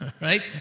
Right